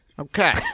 Okay